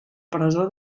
presó